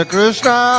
Krishna